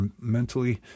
mentally